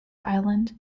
island